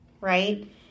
right